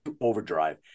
overdrive